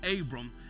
Abram